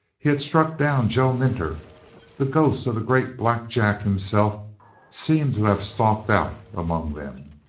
he had struck down joe minter the ghost of the great black jack himself seemed to have stalked out among them.